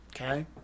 okay